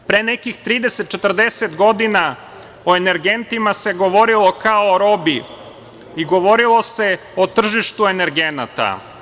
Pre nekih, 30, 40 godina o energentima se govorilo kao o robi i govorilo se o tržištu energenata.